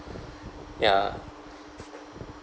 ya